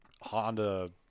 Honda